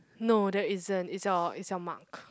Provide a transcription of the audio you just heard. no there isn't it's your it's your mark